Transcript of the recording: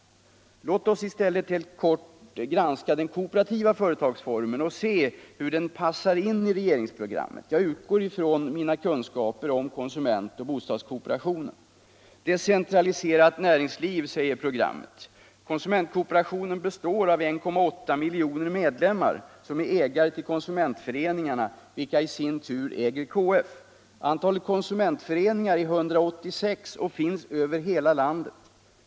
Låt oss i stället helt kort granska den kooperativa företagsformen och se hur den passar in i regeringsprogrammet. Jag utgår från mina kunskaper om konsumentoch bostadskooperationen. Decentraliserat näringsliv, säger programmet. Konsumentkooperationen består av 1,8 miljoner medlemmar som är ägare till konsumentföreningarna, vilka i sin tur äger KF. Antalet konsumentföreningar är 186 och finns över hela landet.